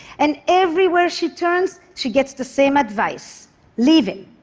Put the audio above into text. and everywhere she turns, she gets the same advice leave him.